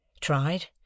tried